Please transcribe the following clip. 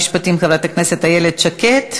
תודה רבה לשרת המשפטים חברת הכנסת איילת שקד.